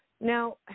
Now